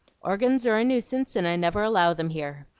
organs are a nuisance, and i never allow them here.